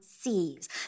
sees